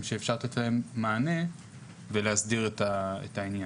שאפשר לתת להם מענה ולהסדיר את העניין.